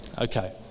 Okay